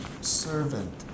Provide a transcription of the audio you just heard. servant